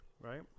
Right